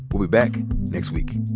we'll be back next week